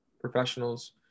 professionals